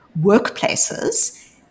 workplaces